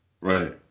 Right